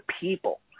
people